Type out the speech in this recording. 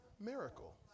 miracle